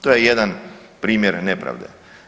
To je jedan primjer nepravde.